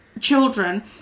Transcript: children